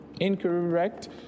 Incorrect